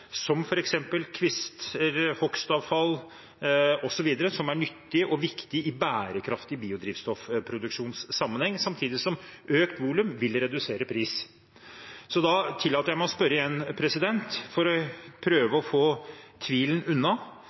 som f.eks. kvister, hogstavfall osv., som er nyttig og viktig i bærekraftig biodrivstoffproduksjonssammenheng, samtidig som økt volum vil redusere prisen. Jeg tillater meg å spørre igjen, for å prøve å få tvilen unna.